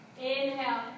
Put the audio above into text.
Inhale